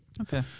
Okay